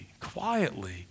quietly